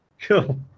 Cool